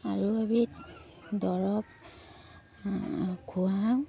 আৰু এবিধ দৰৱ খুৱাও